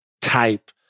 type